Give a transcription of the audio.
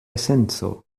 esenco